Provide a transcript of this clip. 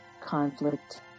conflict